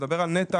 אני מדבר על נת"ע,